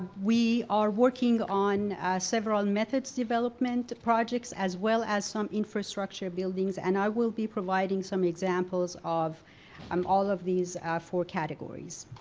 we are working on several methods development projects as well as some infrastructure buildings and i will be providing some examples of um all of these four categories.